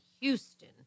Houston